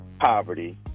poverty